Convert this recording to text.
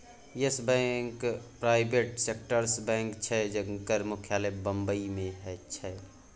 yes bank private सेक्टरक bank छै जकर मुख्यालय बंबई मे छै